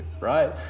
right